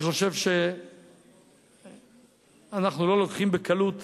אני חושב שאנחנו לא לוקחים בקלות,